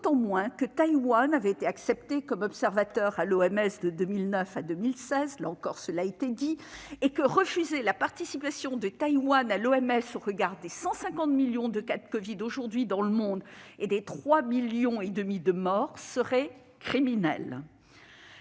d'autant moins que Taïwan avait été acceptée comme observateur à l'OMS de 2009 à 2016 et que refuser la participation de Taïwan à cette organisation, au regard des 150 millions de cas de covid aujourd'hui dans le monde et des 3,5 millions de morts, serait criminel.